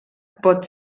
post